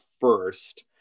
first